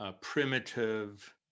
primitive